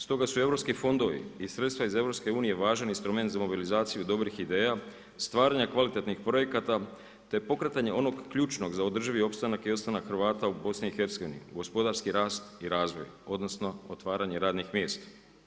Stoga su europski fondovi i sredstva iz EU važan instrument za mobilizaciju dobrih ideja, stvaranje kvalitetnih projekata, te pokretanje onog ključnog za održivi opstanak i ostanak Hrvata u BIH, gospodarski rast i razvoj, odnosno, otvaranje radnih mjesta.